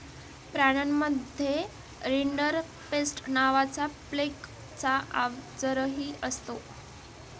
प्राण्यांमध्ये रिंडरपेस्ट नावाचा प्लेगचा आजारही असतो